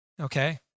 okay